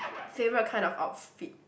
favourite kind of outfit